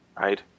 right